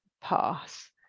pass